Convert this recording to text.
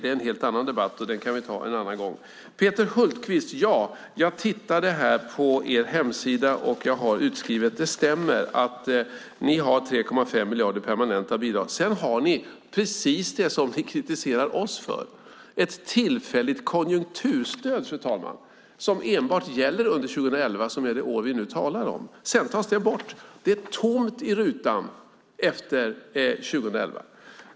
Det är en helt annan debatt, och den kan vi ta en annan gång. Peter Hultqvist! Jag tittade på er hemsida, och jag har en utskrift. Det stämmer att ni har 3,5 miljarder i permanenta bidrag. Sedan har ni precis det ni kritiserar oss för - ett tillfälligt konjunkturstöd, fru talman, som enbart gäller under 2011, vilket är det år vi nu talar om. Sedan tas det bort. Det är tomt i rutan efter 2011.